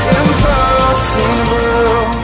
impossible